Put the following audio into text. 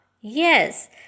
Yes